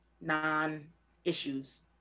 non-issues